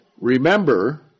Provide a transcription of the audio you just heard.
Remember